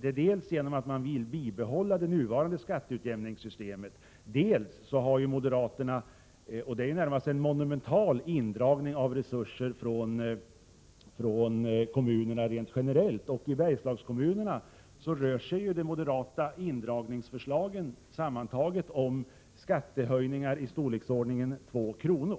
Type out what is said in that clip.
Det sker dels genom att moderaterna vill bibehålla det nuvarande skatteutjämningssystemet, dels genom att moderaterna har föreslagit en närmast monumental indragning av resurser från kommunerna rent generellt. I Bergslagskommunerna rör sig de moderata indragningsförslagen sammantagna om skattehöjningar i storleksordningen 2 kr.